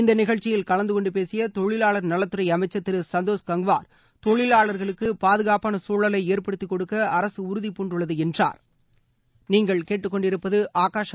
இந்த நிகழ்ச்சியில் கலந்துகொண்டு பேசிய தொழிலாளர் நலத்துறை அமைச்சர் திரு சந்தோஷ் கங்குவார் தொழிலாளர்களுக்கு பாதுகாப்பான சூழலை ஏற்படுத்தி கொடுக்க அரசு உறுதி பூண்டுள்ளது என்றா்